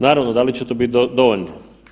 Naravno, da li će to biti dovoljno?